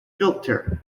filter